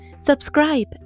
Subscribe